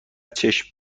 چشم